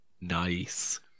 Nice